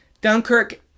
Dunkirk